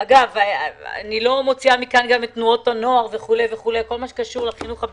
אני מכניסה לזה גם את תנועות הנוער וכו',